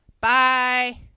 Bye